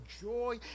joy